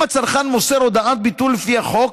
אם הצרכן מוסר הודעת ביטול לפי החוק,